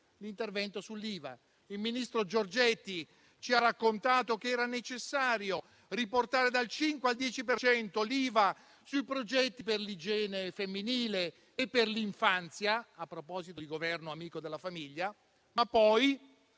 l'intervento sull'IVA. Il ministro Giorgetti ci ha raccontato che era necessario riportare dal 5 al 10 per cento l'IVA sui prodotti per l'igiene femminile e per l'infanzia (a proposito di Governo amico della famiglia); ma poi,